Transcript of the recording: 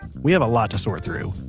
we have a lot to sort through.